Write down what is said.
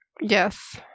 Yes